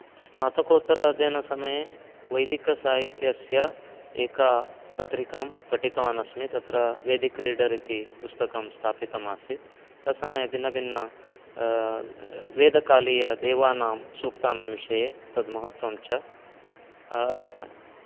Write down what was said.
स्नातकोत्तर अध्ययनसमये वैदिकसाहित्यस्य एकां पत्रिकां पठितवानस्मि तत्र वेदिक्रीडर् इति पुस्तकं स्थापितमासीत् तत्समये भिन्नभिन्न वेदकालीयदेवानां सूक्तानां विषये तद् महत्त्वं च अधीतम्